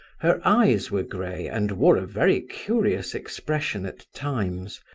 her eyes were grey and wore a very curious expression at times.